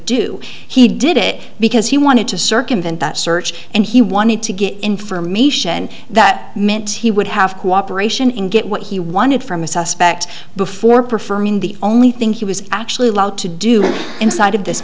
do he did it because he wanted to circumvent that search and he wanted to get information that meant he would have cooperation in get what he wanted from a suspect before prefer mean the only thing he was actually allowed to do inside of this